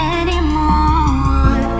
anymore